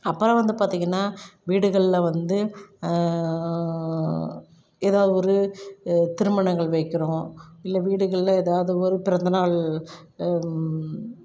அப்புறம் வந்து பார்த்திங்கன்னா வீடுகளில் வந்து ஏதா ஒரு திருமணங்கள் வைக்கிறோம் இல்லை வீடுகளில் ஏதாவது ஒரு பிறந்தநாள்